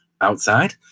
outside